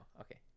okay